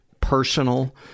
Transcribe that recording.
personal